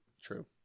true